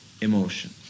Emotion